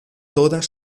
todas